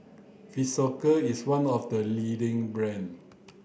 Physiogel is one of the leading brand